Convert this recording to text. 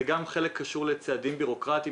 חלק קשור לצעדים בירוקרטיים,